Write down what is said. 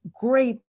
great